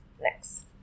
next